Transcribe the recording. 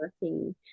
working